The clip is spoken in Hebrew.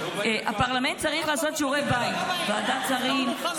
הפרלמנט צריך לעשות שיעורי בית: ועדת שרים,